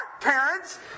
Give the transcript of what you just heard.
parents